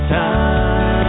time